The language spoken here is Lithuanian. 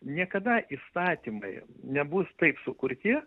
niekada įstatymai nebus taip sukurti